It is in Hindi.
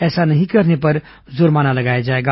ऐसा नहीं करने पर जुर्माना लगाया जाएगा